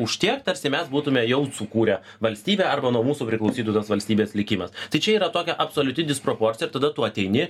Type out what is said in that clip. už tiek tarsi mes būtume jau sukūrę valstybę arba nuo mūsų priklausytų tos valstybės likimas tai čia yra tokia absoliuti disproporcija ir tada tu ateini